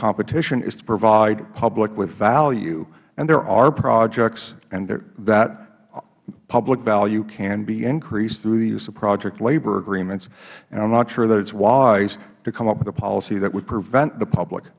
competition is to provide the public with value and there are projects and that public value can be increased through the use of project labor agreements i am not sure that it is wise to come up with a policy that would prevent the public